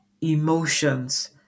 emotions